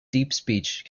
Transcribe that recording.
deepspeech